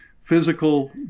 physical